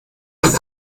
ein